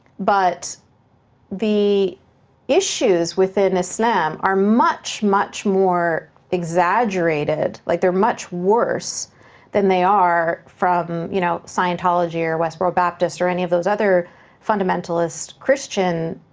but the issues within islam are much, much more exaggerated, like they're much worse than they are from you know scientology, or westboro baptist, or any of those other fundamentalist christian